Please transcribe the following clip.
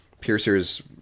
piercers